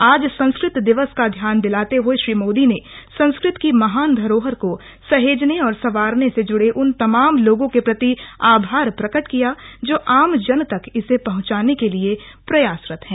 आज संस्कृत दिवस का ध्यान दिलाते हुए श्री मोदी ने संस्कृत की महान धरोहर को सहेजने और संवारने से जुड़े उन तमाम लोगों के प्रति आभार प्रकट किया जो आम जन तक इसे पहुंचाने के लिए प्रयासरत हैं